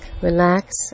relax